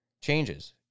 changes